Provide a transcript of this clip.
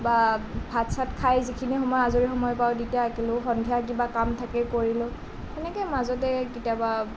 বা ভাত চাত খাই যিখিনি সময় আজৰি সময় পাওঁ তেতিয়া আঁকিলো সন্ধিয়া কিবা কাম থাকে কৰিলোঁ সেনেকৈ মাজতে কেতিয়াবা